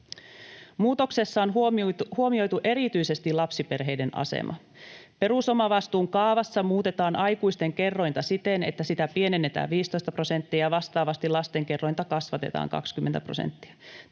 Muutoksessa on huomioitu erityisesti lapsiperheiden asema. Perusomavastuun kaavassa muutetaan aikuisten kerrointa siten, että sitä pienennetään 15 prosenttia, ja vastaavasti lasten kerrointa kasvatetaan 20 prosenttia.